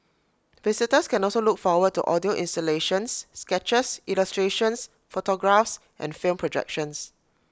visitors can also look forward to audio installations sketches illustrations photographs and film projections